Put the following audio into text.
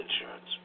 insurance